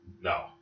No